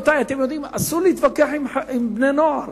אתם יודעים, אסור להתווכח עם בני נוער,